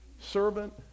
servant